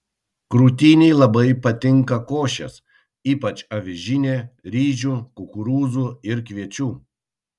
krūtinei labai patinka košės ypač avižinė ryžių kukurūzų ir kviečių